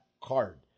card